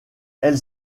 elle